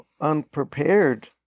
unprepared